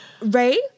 Ray